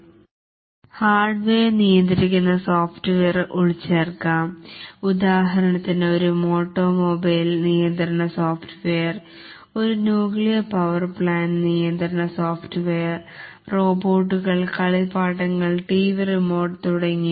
അതേപോലെ മറ്റൊരു തരാം സോഫ്റ്റ്വെയർ അന്ന് എംബെഡ്ഡ്ഡ് സിസ്റ്റം ഇത് ഹാർഡ്വെയർ ഇനെ നിയന്ത്രിക്കും ഉദാഹരണത്തിന് ഒരു ഓട്ടോമൊബൈൽ നിയന്ത്രണ സോഫ്റ്റ്വെയർ ഒരു ന്യൂക്ലിയർ പവർ പ്ലാൻറ് നിയന്ത്രണ സോഫ്റ്റ്വെയർ റോബോട്ടുകൾ കളിപ്പാട്ടങ്ങൾ ടിവി റിമോട്ട് തുടങ്ങിയവ